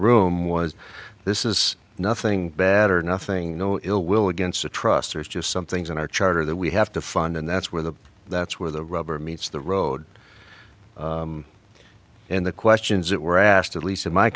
room was this is nothing better nothing no ill will against a trust there's just some things in our charter that we have to fund and that's where the that's where the rubber meets the road and the questions that were asked at least in my